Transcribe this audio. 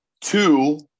Two